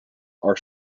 are